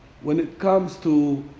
when it comes to